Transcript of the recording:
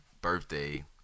birthday